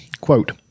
quote